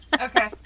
Okay